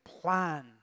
plan